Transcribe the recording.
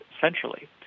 centrally